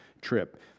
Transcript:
trip